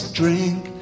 drink